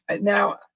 now